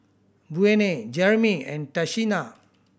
Buena Jerimy and Tashina